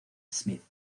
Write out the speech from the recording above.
smith